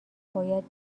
باید